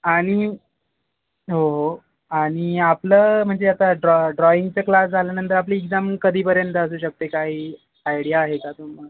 आणि हो हो आणि आपलं म्हणजे आता ड्रॉ ड्रॉइंगचे क्लास झाल्यानंतर आपली एक्झाम कधीपर्यंत असू शकते काही आयडिया आहे का तुम्हाला